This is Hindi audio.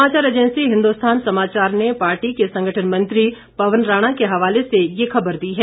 समाचार एजेंसी हिन्दुस्थान समाचार ने पार्टी के संगठन मंत्री पवन राणा के हवाले से ये खबर दी है